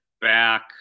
back